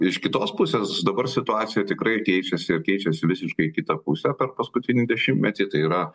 iš kitos pusės dabar situacija tikrai keičiasi ir keičiasi visiškai į kitą pusę per paskutinį dešimtmetį tai yra